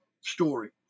story